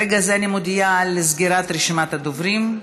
ברגע זה אני מודיעה על סגירת רשימת הדוברים.